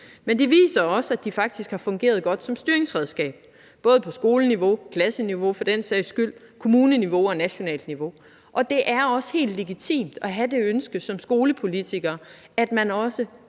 Men det viser også, at de faktisk har fungeret godt som styringsredskab, både på skoleniveau, klasseniveau, for den sags skyld på kommuneniveau og nationalt niveau. Det er også helt legitimt at have det ønske som skolepolitiker, at man også